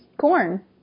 corn